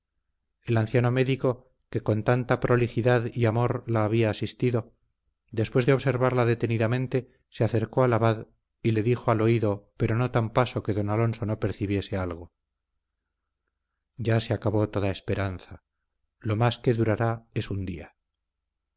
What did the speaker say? el anciano médico que con tanta prolijidad y amor la había asistido después de observarla detenidamente se acercó al abad y le dijo al oído pero no tan paso que don alonso no percibiese algo ya se acabó toda esperanza lo más que durará es un día